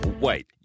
Wait